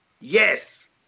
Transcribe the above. Yes